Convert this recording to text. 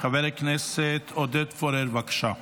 חבר הכנסת עודד פורר, בבקשה.